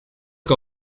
que